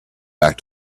back